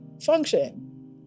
function